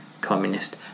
communist